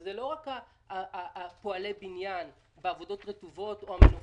זה לא רק פועלי הבניין בעבודות רטובות או המנופאים.